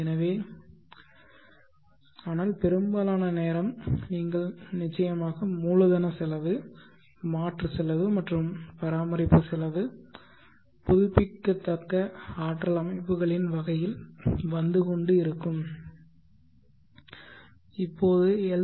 எனவே ஆனால் பெரும்பாலான நேரம் நீங்கள் நிச்சயமாக மூலதன செலவு மாற்று செலவு மற்றும் பராமரிப்பு செலவு புதுப்பிக்கத்தக்க ஆற்றல் அமைப்புகளின் வகையில் வந்து கொண்டு இருக்கும் இப்போது எல்